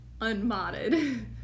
unmodded